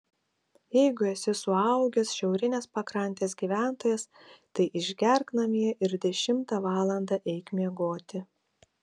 jeigu esi suaugęs šiaurinės pakrantės gyventojas tai išgerk namie ir dešimtą valandą eik miegoti